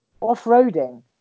Off-roading